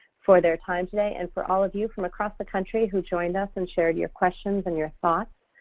for their time today, and for all of you from across the country who joined us and shared your questions and your thoughts.